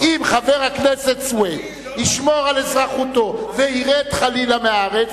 אם חבר הכנסת סוייד ישמור על אזרחותו וירד חלילה מהארץ,